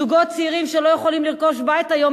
זוגות צעירים לא יכולים לרכוש בית היום,